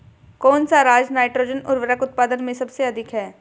कौन सा राज नाइट्रोजन उर्वरक उत्पादन में सबसे अधिक है?